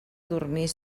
dormir